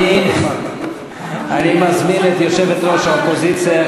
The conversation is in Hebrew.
אני מזמין את יושבת-ראש האופוזיציה,